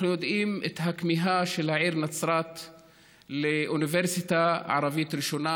אנחנו יודעים על הכמיהה של העיר נצרת לאוניברסיטה ערבית ראשונה,